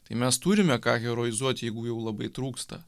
tai mes turime ką heroizuot jeigu jau labai trūksta